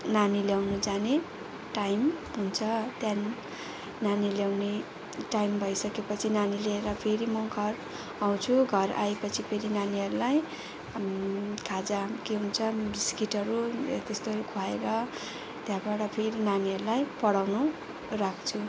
नानी ल्याउनु जाने टाइम हुन्छ त्यहाँदेखि नानी ल्याउने टाइम भइसकेपछि नानी ल्याएर फेरि म घर आउँछु घर आएपछि फेरि नानीहरूलाई खाजा के भन्छ बिस्कुटहरू त्यस्तोहरू खुवाएर त्यहाँबाट फेरि नानीहरूलाई पढाउनु राख्छु